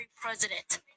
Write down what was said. president